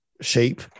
shape